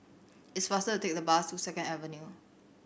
it's faster to take the bus to Second Avenue